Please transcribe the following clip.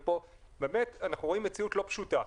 וכאן באמת אנחנו רואים מציאות לא פשוטה.